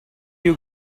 you